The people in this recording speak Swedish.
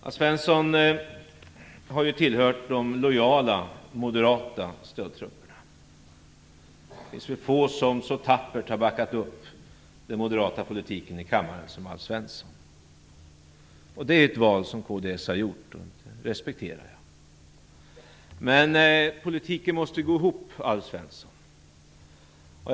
Alf Svensson har tillhört de lojala moderata stödtrupperna. Det är väl få som så tappert har backat upp den moderata politiken här i kammaren som Alf Svensson gjort. Det är ett val som kds har gjort, och det respekterar jag. Men politiken måste gå ihop, Alf Svensson!